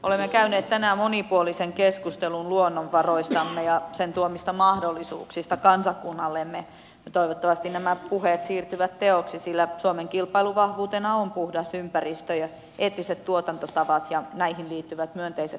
olemme käyneet tänään monipuolisen keskustelun luonnonvaroistamme ja niiden tuomista mahdollisuuksista kansakunnallemme ja toivottavasti nämä puheet siirtyvät teoiksi sillä suomen kilpailuvahvuutena on puhdas ympäristö ja eettiset tuotantotavat ja näihin liittyvät myönteiset mielikuvat